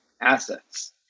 assets